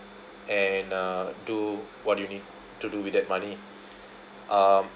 and uh do what do you need to do with the money um